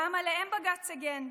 גם עליהם בג"ץ הגן,